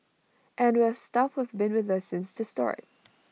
and we've staff who've been with us since the start